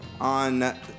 on